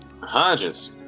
Hodges